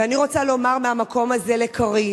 ואני רוצה לומר מהמקום הזה לקארין,